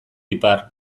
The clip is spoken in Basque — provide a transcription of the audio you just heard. ipar